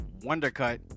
Wondercut